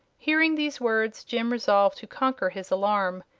hearing these words jim resolved to conquer his alarm.